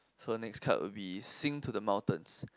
so next card would be sing to the mountains